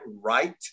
right